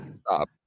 stop